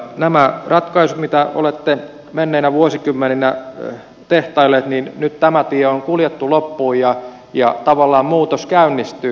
näiden ratkaisujen mitä olette menneinä vuosikymmeninä tehtailleet tie on nyt kuljettu loppuun ja tavallaan muutos käynnistyy